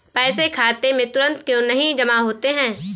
पैसे खाते में तुरंत क्यो नहीं जमा होते हैं?